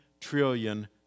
trillion